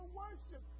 worship